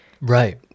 Right